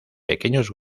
pequeños